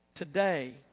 Today